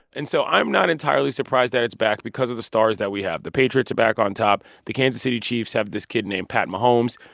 and so i'm not entirely surprised that it's back because of the stars that we have. the patriots are back on top. the kansas city chiefs have this kid named pat mahomes,